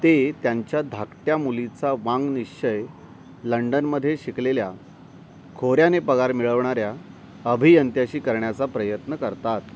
ते त्यांच्या धाकट्या मुलीचा वाङ्निश्चय लंडनमध्ये शिकलेल्या खोऱ्याने पगार मिळवणाऱ्या अभियंत्याशी करण्याचा प्रयत्न करतात